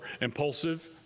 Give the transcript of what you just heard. impulsive